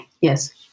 yes